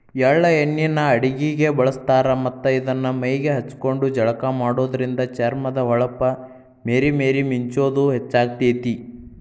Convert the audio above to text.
ಎಳ್ಳ ಎಣ್ಣಿನ ಅಡಗಿಗೆ ಬಳಸ್ತಾರ ಮತ್ತ್ ಇದನ್ನ ಮೈಗೆ ಹಚ್ಕೊಂಡು ಜಳಕ ಮಾಡೋದ್ರಿಂದ ಚರ್ಮದ ಹೊಳಪ ಮೇರಿ ಮೇರಿ ಮಿಂಚುದ ಹೆಚ್ಚಾಗ್ತೇತಿ